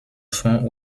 fond